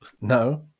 No